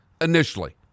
initially